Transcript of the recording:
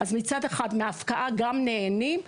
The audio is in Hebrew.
אז מצד אחד מההפקעה גם נהנים,